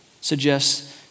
suggests